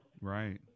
Right